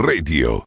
Radio